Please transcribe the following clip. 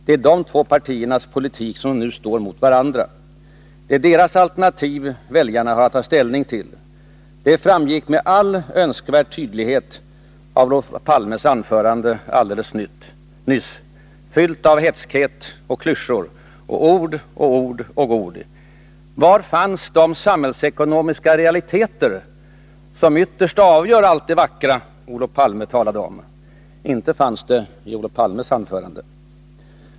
Det är dessa två partiers politik som nu står emot varandra. Det är deras alternativ väljarna har att ta ställning till. Det framgick med all önskvärd tydlighet av Olof Palmes anförande alldeles nyss — fyllt av hätskhet och klyschor och ord, ord, ord. Var fanns de samhällsekonomiska realiteter som ytterst avgör allt det vackra Olof Palme talade om? Inte fanns de i Olof Palmes anförande.